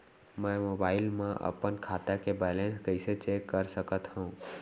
मैं मोबाइल मा अपन खाता के बैलेन्स कइसे चेक कर सकत हव?